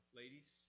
ladies